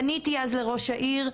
פניתי אז לראש העיר,